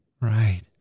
Right